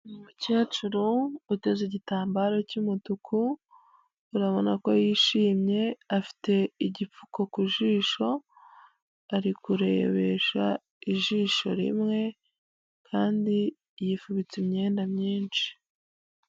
Umukecuru uteze igitambaro cy'umutuku, urabona ko yishimye afite igipfuko ku jisho, ari kurebesha ijisho rimwe kandi yifubitse imyenda myinshi.